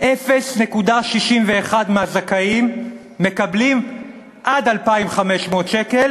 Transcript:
0.61% מהזכאים מקבלים עד 2,500 שקל